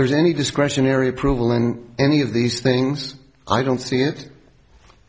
there's any discretionary approval in any of these things i don't see it